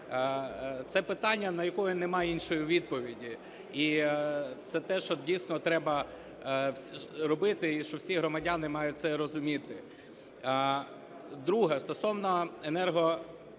це питання, на яке нема іншої відповіді, і це те, що дійсно треба робити, і що всі громадяни мають це розуміти. Друге: стосовно енергоефективності.